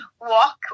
walk